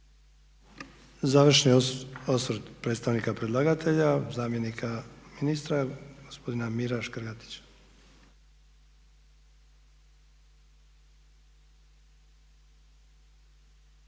Završni osvrt predstavnika predlagatelja zamjenika ministra gospodina Mire Škrgatića.